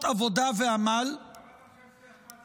עבודה ועמל -- למה אתה חושב שאכפת להם?